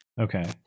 okay